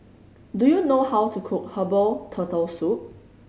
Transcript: do you know how to cook herbal Turtle Soup